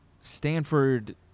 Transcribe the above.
Stanford